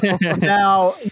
Now